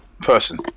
Person